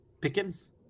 pickens